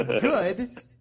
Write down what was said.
Good